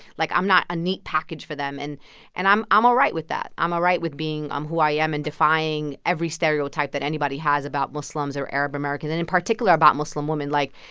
like i'm not a neat package for them. and and i'm i'm all right with that. i'm all ah right with being um who i am and defying every stereotype that anybody has about muslims or arab-americans and in particular about muslim women. like,